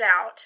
out